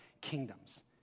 kingdoms